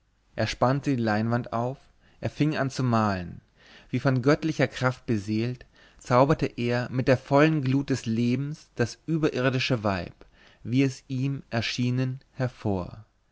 er spannte die leinwand auf er fing an zu malen wie von göttlicher kraft beseelt zauberte er mit der vollen glut des lebens das überirdische weib wie es ihm erschienen hervor